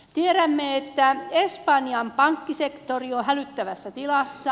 tiedämme että espanjan pankkisektori on hälyttävässä tilassa